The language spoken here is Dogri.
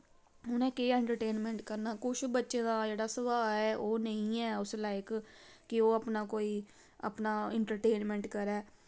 उनें केह् एन्टरटेनमैंट करना कुछ बच्चें दा जेह्ड़ा स्भाऽ ऐ ओह् नेईं ऐ अक लाईक कि ओह् अपना कोई अपना एन्टरटेनमैंट करै